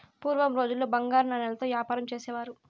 పూర్వం రోజుల్లో బంగారు నాణాలతో యాపారం చేసేవారు